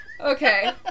Okay